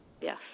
Yes